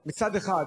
מצד אחד,